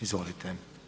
Izvolite.